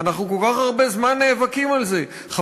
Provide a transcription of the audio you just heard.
אנחנו כל כך הרבה זמן נאבקים על זה, תראה מה זה.